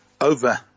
over